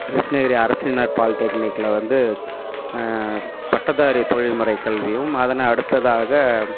கிருஷ்ணகிரி அரசினர் பாலிடெக்னிக்கில் வந்து பட்டதாரி தொழில் முறை கல்வியும் அதன் அடுத்ததாக